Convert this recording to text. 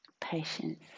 patience